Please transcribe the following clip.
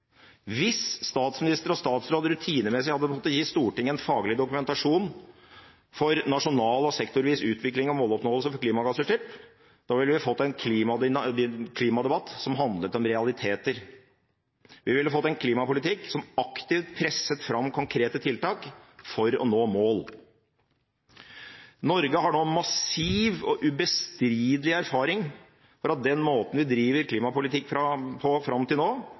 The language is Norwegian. Hvis statsminister og statsråd rutinemessig hadde måttet gi Stortinget en faglig dokumentasjon på nasjonal og sektorvis utvikling av måloppnåelse for klimagassutslipp, ville vi fått en klimadebatt som handlet om realiteter. Vi ville fått en klimapolitikk som aktivt presset fram konkrete tiltak for å nå mål. Norge har nå massiv og ubestridelig erfaring for at den måten vi har drevet klimapolitikk på fram til nå,